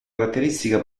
caratteristica